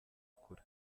kure